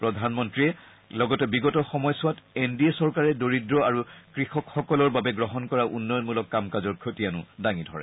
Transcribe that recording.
প্ৰধানম্দ্বীয়ে লগতে বিগত সময়ছোৱাত এন ডি এ চৰকাৰে দৰিদ্ৰ আৰু কৃষক সকলৰ বাবে গ্ৰহণ কৰা উন্নয়নমূলক কাম কাজৰ ক্ষতিয়ান দাঙি ধৰে